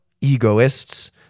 egoists